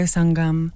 Sangam